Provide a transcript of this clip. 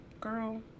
Girl